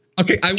Okay